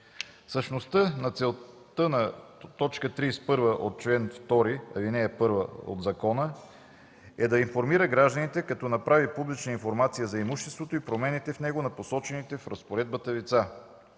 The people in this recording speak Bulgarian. Същността на целта на т. 31 от чл. 2, ал. 1 от закона е да информира гражданите, като направи публична информацията за имуществото и промените в него на посочените в разпоредбата лица.